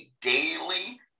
daily